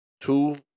two